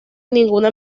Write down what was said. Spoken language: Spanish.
ninguna